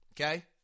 okay